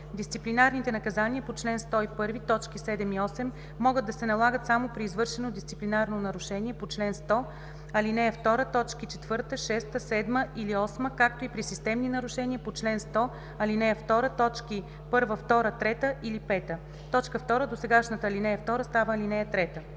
Дисциплинарните наказания по чл. 101, т. 7 и 8 могат да се налагат само при извършено дисциплинарно нарушение по чл. 100, ал. 2, т. 4, 6, 7 или 8, както и при системни нарушения по чл. 100, ал. 2, т. 1, 2, 3 или 5.” 2. Досегашната ал. 2 става ал. 3.“